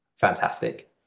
fantastic